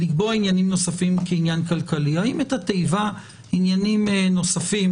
לקבוע עניינים נוספים כעניין כלכלי" האם התיבה "עניינים נוספים"